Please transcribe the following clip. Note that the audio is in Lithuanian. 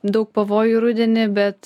daug pavojų rudenį bet